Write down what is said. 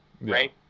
Right